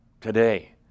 today